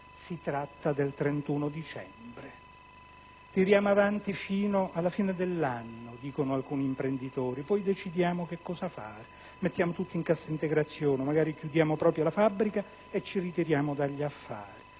Si tratta del 31 dicembre. "Tiriamo avanti fino alla fine dell'anno - dicono alcuni imprenditori - poi decidiamo che cosa fare: mettiamo tutti in cassa integrazione o, magari, chiudiamo proprio la fabbrica e ci ritiriamo dagli affari.